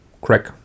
crack